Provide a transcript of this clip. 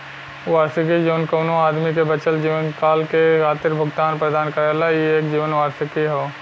वार्षिकी जौन कउनो आदमी के बचल जीवनकाल के खातिर भुगतान प्रदान करला ई एक जीवन वार्षिकी हौ